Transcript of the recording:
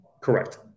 Correct